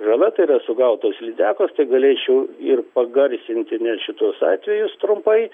žala tai yra sugautos lydekos galėčiau ir pagarsinti net šituos atvejus trumpai